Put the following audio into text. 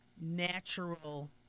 natural